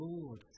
Lord